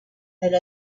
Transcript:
elle